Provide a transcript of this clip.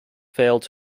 failed